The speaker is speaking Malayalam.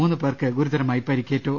മൂന്നുപേർക്ക് ഗുരുതരമായി പരിക്കേറ്റു